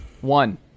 one